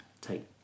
take